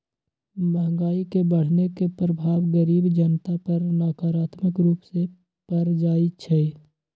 महंगाई के बढ़ने के प्रभाव गरीब जनता पर नकारात्मक रूप से पर जाइ छइ